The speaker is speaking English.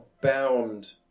bound